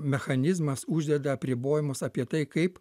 mechanizmas uždeda apribojimus apie tai kaip